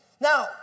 Now